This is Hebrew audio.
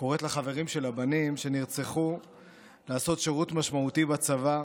קוראת לחברים של הבנים שנרצחו לעשות שירות משמעותי בצבא,